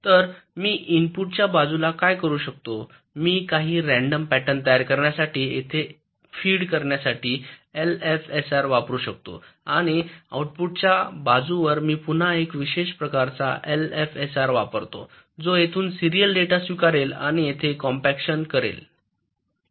तर मी इनपुट च्या बाजूला काय करू शकतो मी काही रँडम पॅटर्न तयार करण्यासाठी आणि येथे फीड करण्यासाठी एलएफएसआर वापरू शकतो आणि आऊटपुटच्या बाजूवर मी पुन्हा एक विशेष प्रकारचा एलएफएसआर वापरतो जो येथून सीरियल डेटा स्वीकारेल आणि येथे कॉम्पॅकशन करेल